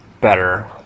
better